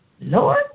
Lord